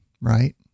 Right